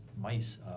mice